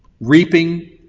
Reaping